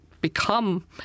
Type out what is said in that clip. become